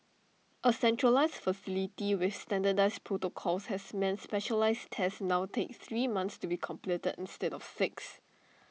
A centralised facility with standardised protocols has meant specialised tests now take three months to be completed instead of six